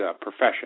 profession